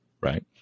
right